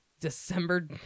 December